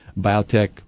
biotech